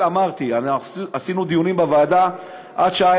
עשינו דיונים בוועדה עד שעה